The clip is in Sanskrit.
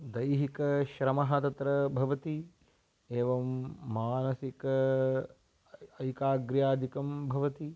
दैहिकाश्रमः तत्र भवति एवं मानसिकम् ऐकाग्र्यादिकं भवति